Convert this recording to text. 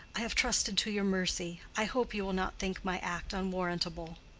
i have trusted to your mercy. i hope you will not think my act unwarrantable.